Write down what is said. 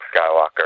Skywalker